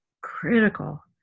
critical